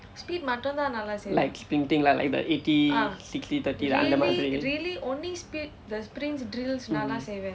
like sprinting lah like the eighty sixty thirty lah